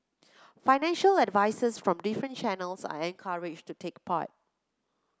financial advisers from different channels are encouraged to take part